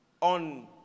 On